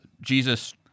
Jesus